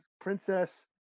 Princess